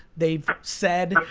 they've said,